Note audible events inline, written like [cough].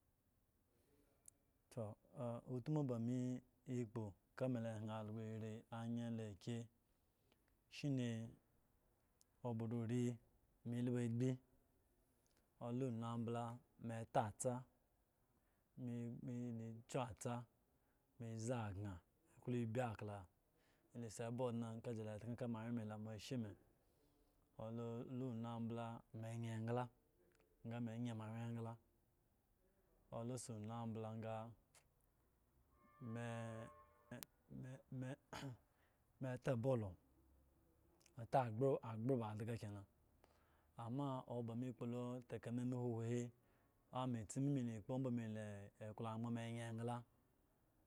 [hesitation] utmu ba ame ekpo ka ba me ehn algo eri ayen la akye shine omba riri me elembo agbi la onuabala me eta atsa meme kyu atsa me zi agan wo ebi akala la sa eba odne la tan la moa wye me la moa ashe me, lo unambala me ayin egla nga me ene mo awye egla ola su unumbala ga me me [noise] eta ball me eta agbo agbo ba adga kenan amma oba me ekpo lo taka meme ba lo wo he ome le etsi mi me la eklo me la ene egla